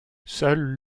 seul